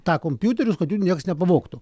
tą kompiuterius kad jų nieks nepavogtų